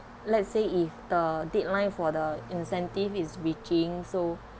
let's say if the deadline for the incentive is reaching so